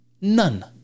None